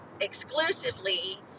exclusively